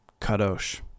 kadosh